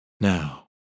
Now